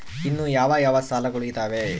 ಇನ್ನು ಯಾವ ಯಾವ ಸಾಲಗಳು ಇದಾವೆ?